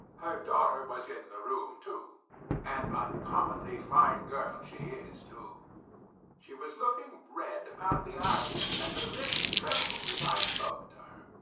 her daughter was in the room, too an uncommonly fine girl she is, too she was looking red about the eyes and her lips trembled as i spoke to her.